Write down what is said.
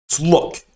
Look